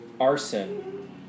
Arson